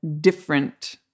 different